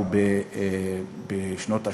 הוא בשנות ה-30,